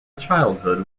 childhood